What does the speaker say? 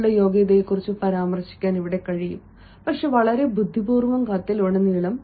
നിങ്ങളുടെ യോഗ്യതകളെക്കുറിച്ച് പരാമർശിക്കാൻ കഴിയും പക്ഷേ വളരെ ബുദ്ധിപൂർവ്വം കത്തിലുടനീളം